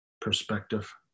perspective